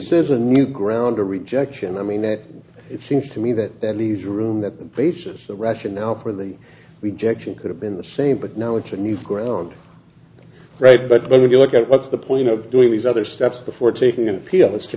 says a new ground a rejection i mean that it seems to me that that leaves room that the basis the rationale for the rejection could have been the same but now it's a new ground right but when you look at what's the point of doing these other steps before taking an appeal is to